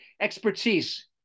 expertise